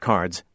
Cards